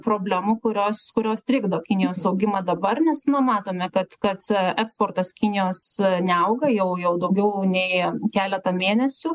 problemų kurios kurios trikdo kinijos augimą dabar nes na matome kad kad eksportas kinijos neauga jau jau daugiau nei keleta mėnesių